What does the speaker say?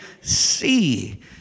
see